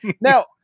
Now